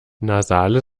nasale